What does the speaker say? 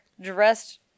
dressed